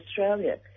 Australia